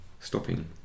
stopping